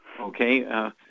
okay